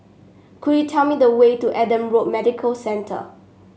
could you tell me the way to Adam Road Medical Centre